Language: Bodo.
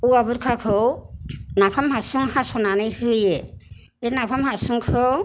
औवा बुरखाखौ नाफाम हासुं हास'नानै होयो बे नाफाम हासुंखौ